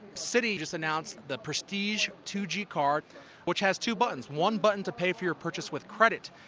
citi just announced the prestige two g card which has two buttons one button to pay for your purchase with credit,